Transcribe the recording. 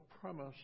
premise